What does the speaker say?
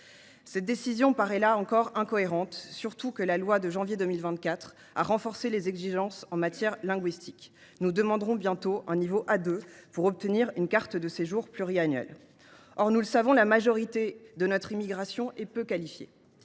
Cette décision paraît, là encore, incohérente, d’autant que la loi Immigration et Intégration du 26 janvier 2024 a renforcé les exigences en matière linguistique. Nous demanderons bientôt un niveau A2 pour obtenir une carte de séjour pluriannuelle. Or, nous le savons, la majorité de notre population immigrée est peu qualifiée.